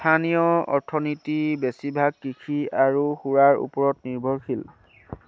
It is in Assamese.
স্থানীয় অৰ্থনীতি বেছিভাগ কৃষি আৰু সুৰাৰ ওপৰত নিৰ্ভৰশীল